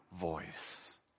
voice